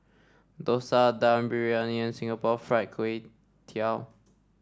dosa Dum Briyani and Singapore Fried Kway Tiao